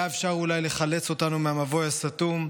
היה אפשר אולי לחלץ אותנו מהמבוי הסתום,